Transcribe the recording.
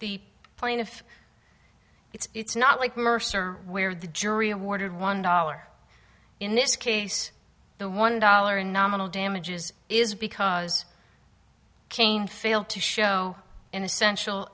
the plaintiff it's not like mercer where the jury awarded one dollar in this case the one dollar a nominal damages is because kane failed to show an essential